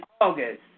August